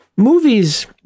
Movies